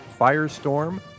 Firestorm